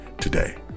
today